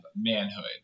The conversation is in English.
manhood